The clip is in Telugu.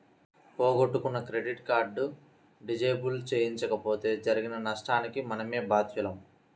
పోగొట్టుకున్న క్రెడిట్ కార్డు డిజేబుల్ చేయించకపోతే జరిగే నష్టానికి మనమే బాధ్యులం